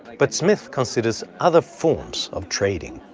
but smith considers other forms of trading.